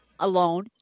Alone